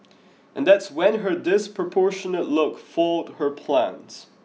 and that's when her disproportionate look foiled her plans